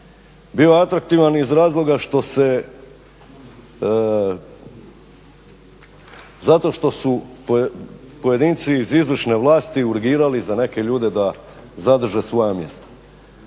Bio je atraktivan iz razloga zato što su pojedinci iz izvršne vlasti urgirali za neke ljude da zadrže svoja mjesta